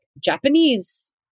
Japanese